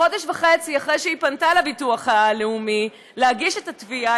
חודש וחצי אחרי שהיא פנתה לביטוח לאומי להגיש את התביעה,